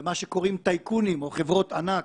למה שקוראים טייקונים או חברות ענק